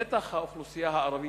נתח האוכלוסייה הערבית,